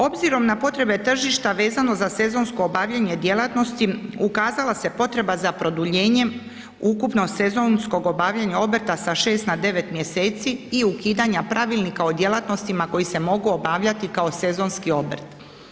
Obzirom na potrebe tržišta vezano za sezonsko obavljanje djelatnosti ukazala se potreba za produljenjem ukupnog sezonskog obavljanja obrta sa 6 na 9 mjeseci i ukidanja Pravilnika o djelatnostima koje se mogu obavljati kao sezonski obrt.